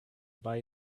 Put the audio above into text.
buy